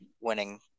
winning